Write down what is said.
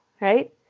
right